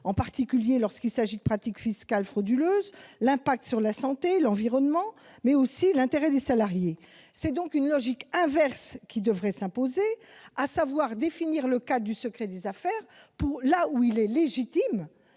en particulier lorsqu'il s'agit de pratiques fiscales frauduleuses ou d'impact sur la santé et l'environnement, mais aussi l'intérêt des salariés. C'est donc une logique inverse qui devrait s'imposer, à savoir définir le cadre du secret des affaires là où il est légitime,